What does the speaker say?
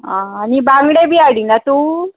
आं आनी बांगडे बी हाडीना तूं